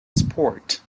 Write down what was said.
sport